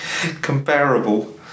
comparable